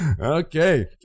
okay